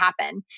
happen